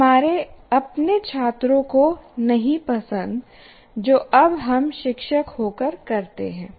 हमारे अपने छात्रों को नहीं पसंद जो अब हम शिक्षक होकर करते हैं